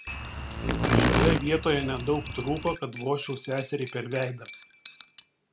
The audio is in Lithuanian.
šioje vietoje nedaug trūko kad vožčiau seseriai per veidą